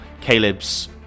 Caleb's